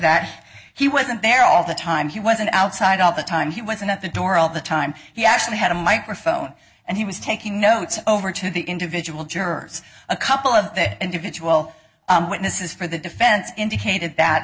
that he wasn't there all the time he wasn't outside all the time he wasn't at the door all the time he actually had a microphone and he was taking notes over to the individual jurors a couple of the individual witnesses for the defense indicated that